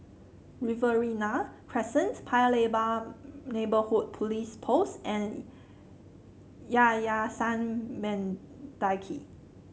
Riverina Crescent Paya Lebar Neighbourhood Police Post and Yayasan Mendaki